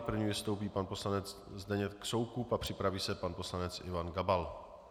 První vystoupí pan poslanec Zdeněk Soukup a připraví se pan poslanec Ivan Gabal.